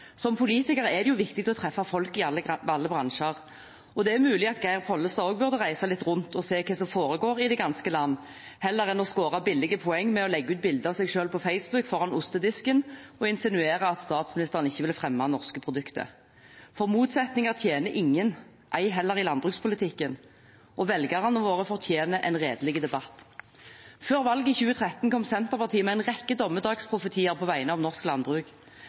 Som politiker er det viktig å treffe folk i alle bransjer. Det er mulig at Geir Pollestad også burde reise litt rundt for å se hva som foregår i det ganske land, heller enn å score billige poeng på å legge ut bilder av seg selv på Facebook foran ostedisken og insinuere at statsministeren ikke vil fremme norske produkter. Motsetninger tjener ingen, ei heller i landbrukspolitikken. Og velgerne våre fortjener en redelig debatt. Før valget i 2013 kom Senterpartiet med en rekke dommedagsprofetier på vegne av norsk landbruk.